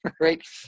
right